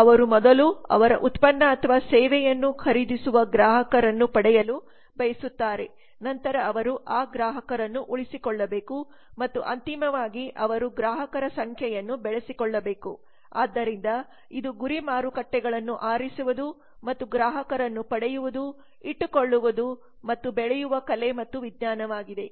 ಅವರು ಮೊದಲು ಅವರ ಉತ್ಪನ್ನ ಅಥವಾ ಸೇವೆಯನ್ನು ಖರೀದಿಸುವ ಗ್ರಾಹಕರನ್ನು ಪಡೆಯಲು ಬಯಸುತ್ತಾರೆ ನಂತರ ಅವರು ಆ ಗ್ರಾಹಕರನ್ನು ಉಳಿಸಿಕೊಳ್ಳಬೇಕು ಮತ್ತು ಅಂತಿಮವಾಗಿ ಅವರು ಗ್ರಾಹಕರ ಸಂಖ್ಯೆಯನ್ನು ಬೆಳೆಸಿಕೊಳ್ಳಬೇಕು ಆದ್ದರಿಂದ ಇದು ಗುರಿ ಮಾರುಕಟ್ಟೆಗಳನ್ನು ಆರಿಸುವುದು ಮತ್ತು ಗ್ರಾಹಕರನ್ನು ಪಡೆಯುವುದು ಇಟ್ಟುಕೊಳ್ಳುವುದು ಮತ್ತು ಬೆಳೆಯುವ ಕಲೆ ಮತ್ತು ವಿಜ್ಞಾನವಾಗಿದೆ